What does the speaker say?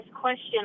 question